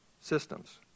systems